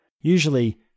Usually